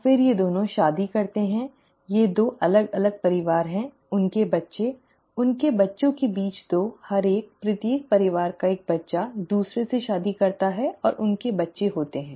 फिर ये दोनों शादी करते हैं ये 2 अलग अलग परिवार हैं उनके बच्चे उनके बच्चों के बीच 2 हर एक प्रत्येक परिवार का एक बच्चा दूसरे से शादी करता है और उनके बच्चे होते हैं